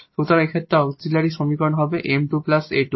সুতরাং এই ক্ষেত্রে অক্জিলিয়ারী সমীকরণ হবে 𝑚2 𝑎 2